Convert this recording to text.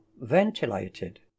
ventilated